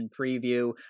preview